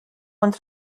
und